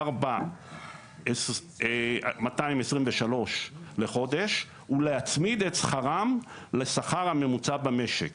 ₪ לכ-44,223 ₪ לחודש ולהצמיד את שכרם לשכר הממוצע במשק